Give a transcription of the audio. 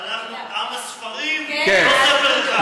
אנחנו עם הספרים, לא ספר אחד.